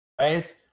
Right